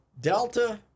Delta